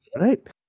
right